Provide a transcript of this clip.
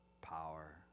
power